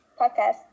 podcast